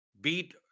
beat